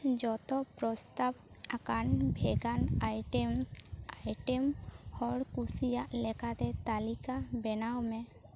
ᱡᱚᱛᱚ ᱯᱨᱚᱥᱛᱟᱵ ᱟᱠᱟᱱ ᱵᱷᱮᱜᱟᱱ ᱟᱭᱴᱮᱢ ᱦᱚᱲ ᱠᱩᱥᱤᱭᱟᱜ ᱞᱮᱠᱟᱛᱮ ᱛᱟᱹᱞᱤᱠᱟ ᱵᱮᱱᱟᱣ ᱢᱮ